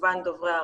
כמובן דוברי ערבית.